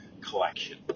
collection